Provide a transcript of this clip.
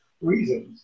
reasons